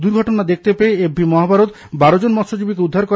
দুর্ঘটনা দেখতে পেয়ে এফবি মহাভারত বারো জন মৎসজীবিকে উদ্ধার করে